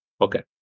Okay